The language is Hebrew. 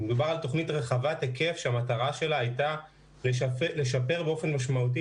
מדובר על תכנית רחבת היקף שהמטרה שלה הייתה לשפר באופן משמעותי